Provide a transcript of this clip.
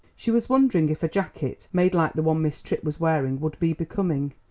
she was wondering if a jacket made like the one miss tripp was wearing would be becoming.